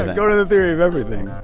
ah go to the theory of everything!